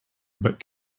but